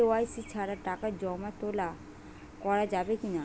KYC ছাড়া টাকা জমা তোলা করা যাবে কি না?